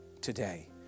today